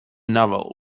novel